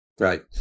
Right